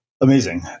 Amazing